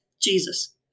Jesus